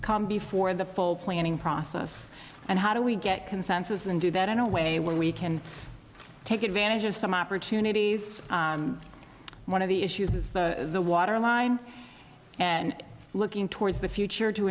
calm before the full planning process and how do we get consensus and do that i know way where we can take advantage of some opportunities one of the issues is the water line and looking towards the future to